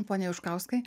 pone juškauskai